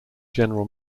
general